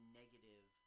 negative